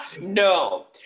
No